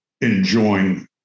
enjoying